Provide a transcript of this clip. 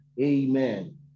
Amen